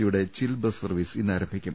സിയുടെ chill bus service ഇന്നാരംഭിക്കും